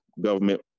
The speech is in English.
government